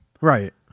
right